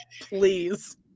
Please